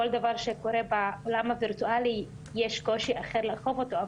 כל דבר שקורה בעולם הוירטואלי יש קושי אחר לאכוף אותו.